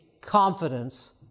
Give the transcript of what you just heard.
confidence